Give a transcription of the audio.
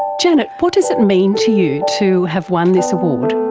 janet, what does it mean to you to have won this award?